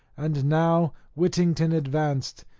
and now whittington advanced,